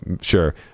sure